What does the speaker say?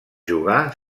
jugar